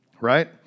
right